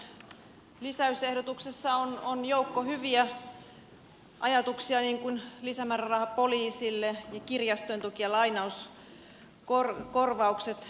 hallituksen lisäysehdotuksessa on joukko hyviä ajatuksia niin kuin lisämääräraha poliisille ja kirjastojen tuki ja lai nauskorvaukset